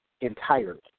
entirely